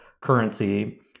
currency